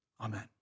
Amen